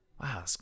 Wow